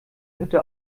hütte